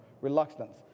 reluctance